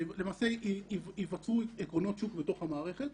למעשה יווצרו עקרונות שוק בתוך המערכת.